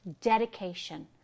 dedication